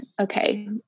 okay